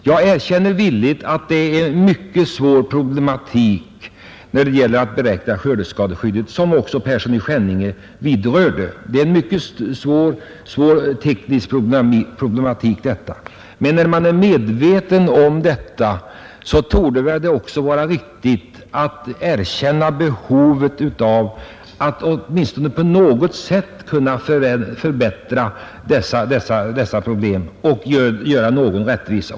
Jag erkänner att det är en mycket svår teknisk problematik när man beräknar skördeskadeskyddet, som också herr Persson i Skänninge berörde. När man är medveten om detta torde det väl också vara riktigt att på något sätt lösa dessa problem och skapa någon rättvisa.